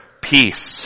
peace